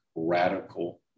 radical